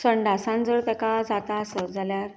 संडासान जर तेका जाता आसत जाल्यार